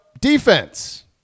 defense